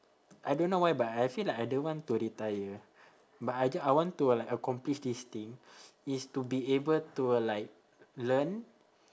I don't know why but I feel like I don't want to retire but I ju~ I want to like accomplish this thing is to be able to like learn